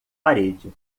parede